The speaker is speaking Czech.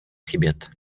chybět